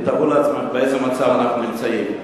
תארו לעצמכם באיזה מצב אנחנו נמצאים.